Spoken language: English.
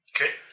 Okay